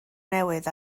newydd